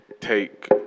take